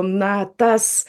na tas